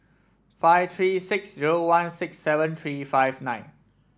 five three six zero one six seven three five nine